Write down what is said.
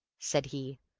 said he.